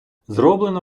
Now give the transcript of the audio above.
зроблено